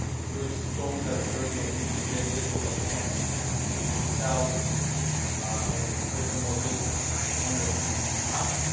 we're so told that if air bnb comes in this will enhance the hotels and give them more business. and i was wondering how?